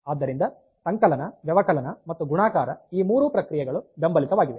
ಆದ್ದರಿಂದ ಸಂಕಲನ ವ್ಯವಕಲನ ಮತ್ತು ಗುಣಾಕಾರ ಈ ಮೂರು ಪ್ರಕ್ರಿಯೆಗಳು ಬೆಂಬಲಿತವಾಗಿವೆ